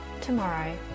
tomorrow